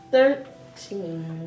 Thirteen